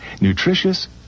Nutritious